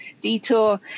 detour